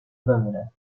بمانه